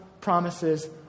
promises